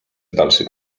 dalszych